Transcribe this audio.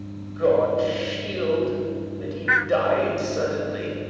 god shielde that he died suddenly.